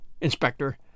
Inspector